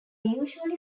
usually